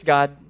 God